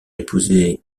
épousé